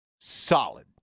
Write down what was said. solid